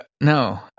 No